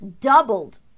doubled